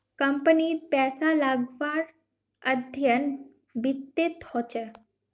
कम्पनीत पैसा लगव्वार अध्ययन वित्तत ह छेक